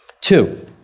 Two